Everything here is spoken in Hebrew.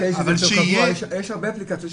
אבל שיהיה --- יש הרבה אפליקציות,